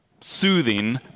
soothing